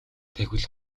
тэгвэл